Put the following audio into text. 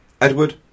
Edward